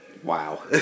wow